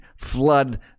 flood